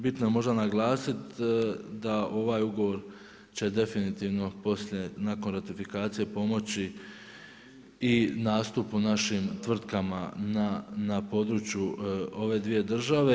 Bitno je možda naglasiti da ovaj ugovor će definitivno poslije, nakon ratifikacije pomoći i nastupu našim tvrtkama na području ove dvije države.